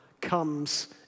comes